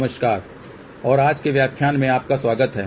नमस्कार और आज के व्याख्यान में आपका स्वागत है